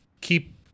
keep